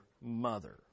mother